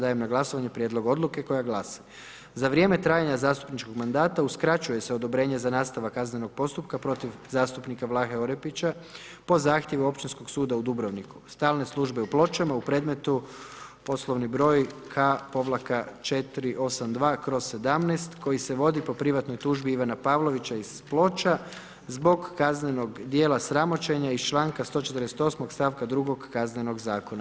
Dajem na glasovanje Prijedlog odluke koja glasi: „Za vrijeme trajanja zastupničkog mandata uskraćuje se odobrenje za nastavak kaznenog postupka protiv zastupnika Vlahe Orepića po zahtjevu Općinskog suda u Dubrovniku, stalne službe u Pločama u predmetu poslovni broj K-482/17 koji se vodi po privatnoj tužbi Ivana Pavlovića iz Ploča zbog kaznenog djela sramoćenja iz članka 148. stavka 2. Kaznenog zakona.